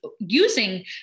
using